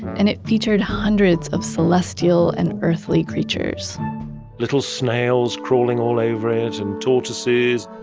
and it featured hundreds of celestial and earthly creatures little snails crawling all over it and tortoises,